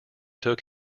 took